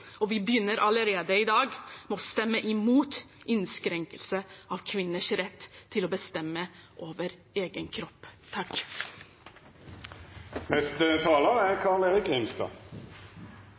og vi begynner allerede i dag med å stemme imot innskrenkning av kvinners rett til å bestemme over egen kropp. Saken vi nå behandler, er